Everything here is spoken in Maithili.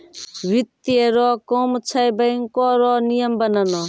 वित्त रो काम छै बैको रो नियम बनाना